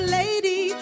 lady